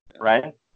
right